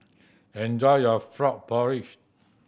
enjoy your frog porridge